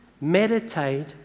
meditate